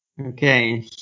Okay